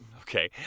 Okay